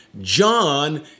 John